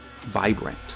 vibrant